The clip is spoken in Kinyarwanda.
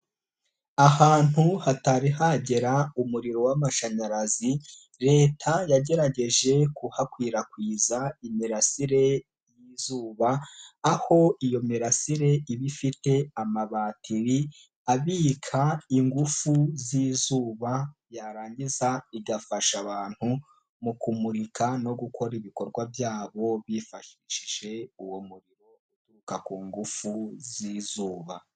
Ahantu hatarihagera umuriro w'amashanyarazi, leta yagerageje kuhakwirakwiza imirasire y'izuba, aho iyo mirasire iba ifite amabatiri abika ingufu z'izuba, yarangiza igafasha abantu mu kumurika no gukora ibikorwa byabo bifashishije uwo murimo uturuka ku ngufu z'izuba.